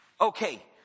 Okay